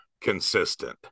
consistent